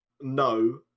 No